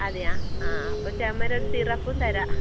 അതെയോ ആ അപ്പോൾ ചുമയുടെ ഒരു സിറപ്പും തരാം